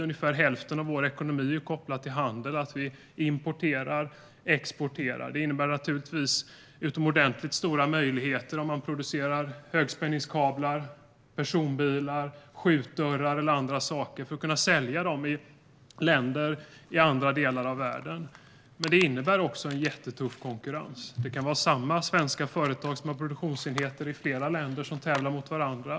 Ungefär hälften av vår ekonomi är kopplad till handel - att vi importerar och exporterar. Det innebär naturligtvis utomordentligt stora möjligheter om man producerar högspänningskablar, personbilar, skjutdörrar eller andra saker för att kunna sälja dem i länder i andra delar av världen. Men det innebär också en jättetuff konkurrens. Det kan vara samma svenska företag som har produktionsenheter i flera länder som tävlar mot varandra.